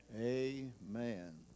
amen